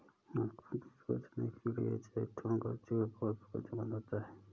आंखों की रोशनी के लिए जैतून का तेल बहुत फायदेमंद होता है